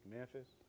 Memphis